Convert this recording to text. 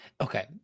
Okay